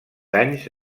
anys